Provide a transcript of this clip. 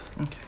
okay